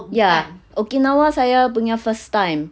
ya okinawa saya punya first time